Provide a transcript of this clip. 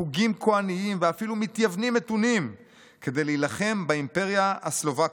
חוגים כוהניים ואפילו מתייוונים מתונים כדי להילחם באימפריה הסלווקית.